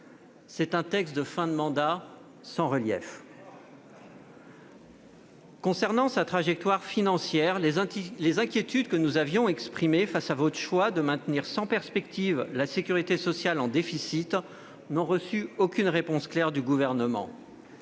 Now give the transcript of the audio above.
C'est un texte de fin de mandat sans relief. Concernant sa trajectoire financière, les inquiétudes que nous avions exprimées face à votre choix de maintenir sans perspectives la sécurité sociale en déficit n'ont reçu aucune réponse claire du Gouvernement.